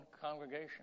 congregation